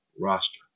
roster